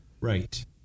Right